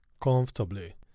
comfortably